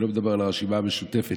אני לא מדבר על הרשימה המשותפת,